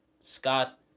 Scott